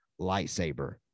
lightsaber